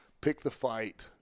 pick-the-fight